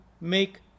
make